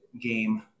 game